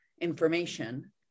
information